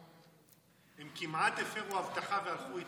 הם כמעט הפרו הבטחה והלכו איתכם.